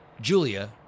julia